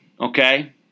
okay